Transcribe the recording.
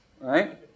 Right